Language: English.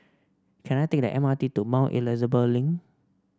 can I take the M R T to Mount Elizabeth Link